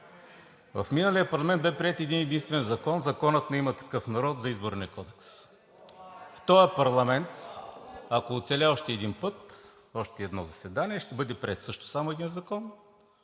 В миналия парламент бе приет един-единствен закон – законът на „Има такъв народ“ за Изборния кодекс. В този парламент, ако оцелее още един път в още едно заседание, ще бъде приет също само един закон